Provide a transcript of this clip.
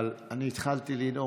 אבל אני התחלתי לנאום.